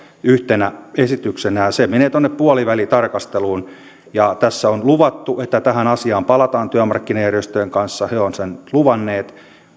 yhtenä esityksenä ja ja se menee tuonne puolivälitarkasteluun tässä on luvattu että tähän asiaan palataan työmarkkinajärjestöjen kanssa he ovat sen luvanneet